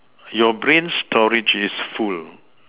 you brain storage is full